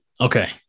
Okay